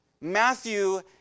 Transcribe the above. Matthew